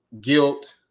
guilt